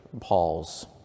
Paul's